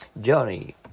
Johnny